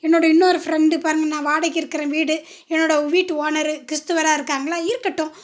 என்னோடய இன்னொரு ஃப்ரெண்ட் நான் வாடைகக்கி இருக்கிறேன் வீடு என்னோடய வீட்டு ஓனரு கிறிஸ்துவராக இருக்காங்களா இருக்கட்டும்